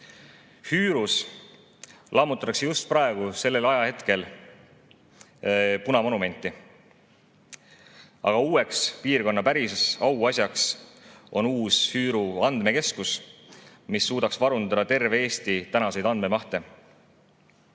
Hüürus lammutatakse just praegu, sellel ajahetkel punamonumenti, aga uueks piirkonna päris auasjaks on uus Hüüru andmekeskus, mis suudaks varundada terve Eesti praegust andmemahtu.